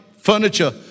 furniture